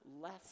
less